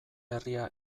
herria